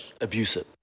abusive